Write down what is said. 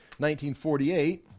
1948